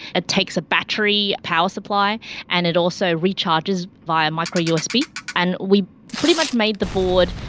it takes a battery power supply and it also recharges via micro usb and we pretty much made the board,